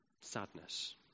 sadness